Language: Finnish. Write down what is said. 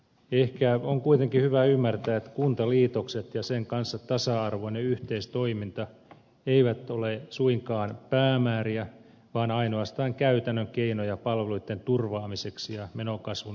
ehkä on kuitenkin hyvä ymmärtää että kuntaliitokset ja niiden kanssa tasa arvoinen yhteistoiminta eivät ole suinkaan päämääriä vaan ainoastaan käytännön keinoja palveluitten turvaamiseksi ja menokasvun hidastamiseksi